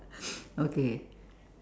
okay